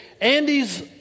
Andy's